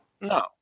No